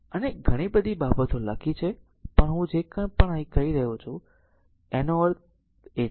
અહીં ઘણી બધી બાબતો લખી છે પણ હું જે કંઈ પણ કહી રહ્યો છું તેનો અર્થ એ જ છે